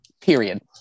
period